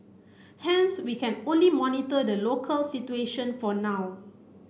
hence we can only monitor the local situation for now